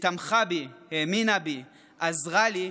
שתמכה בי, האמינה בי, עזרה לי,